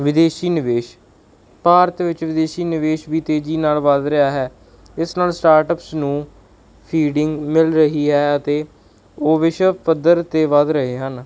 ਵਿਦੇਸ਼ੀ ਨਿਵੇਸ਼ ਭਾਰਤ ਵਿੱਚ ਵਿਦੇਸ਼ੀ ਨਿਵੇਸ਼ ਵੀ ਤੇਜ਼ੀ ਨਾਲ ਵੱਧ ਰਿਹਾ ਹੈ ਇਸ ਨਾਲ ਸਟਾਰਟਪਸ ਨੂੰ ਫੀਡਿੰਗ ਮਿਲ ਰਹੀ ਹੈ ਅਤੇ ਉਹ ਵਿਸ਼ਵ ਪੱਧਰ 'ਤੇ ਵੱਧ ਰਹੇ ਹਨ